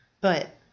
But